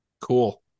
Cool